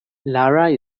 lara